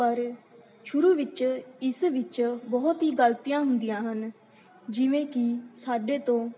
ਪਰ ਸ਼ੁਰੂ ਵਿੱਚ ਇਸ ਵਿੱਚ ਬਹੁਤ ਹੀ ਗਲਤੀਆਂ ਹੁੰਦੀਆਂ ਹਨ ਜਿਵੇਂ ਕਿ ਸਾਡੇ ਤੋਂ